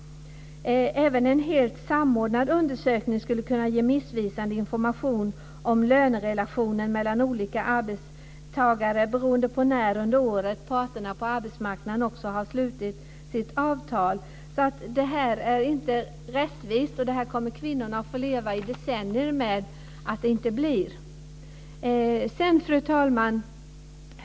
Även en helt samordnad undersökning skulle kunna ge missvisande information om lönerelationen mellan olika arbetstagare beroende på när under året parterna på arbetsmarknaden har slutit sitt avtal. Det är inte rättvist, och det kommer kvinnorna att få leva med i decennier. Fru talman!